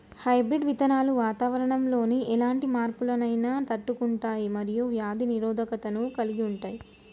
hybrid విత్తనాలు వాతావరణంలోని ఎలాంటి మార్పులనైనా తట్టుకుంటయ్ మరియు వ్యాధి నిరోధకతను కలిగుంటయ్